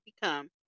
become